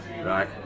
Right